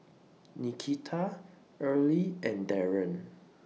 Nikita Earlie and Darron